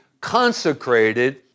consecrated